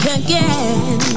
again